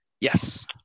Yes